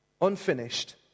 unfinished